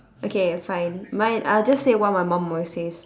okay fine mine I'll just say what my mom always says